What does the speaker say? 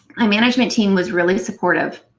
my management team was really supportive.